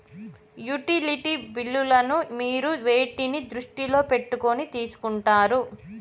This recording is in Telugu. యుటిలిటీ బిల్లులను మీరు వేటిని దృష్టిలో పెట్టుకొని తీసుకుంటారు?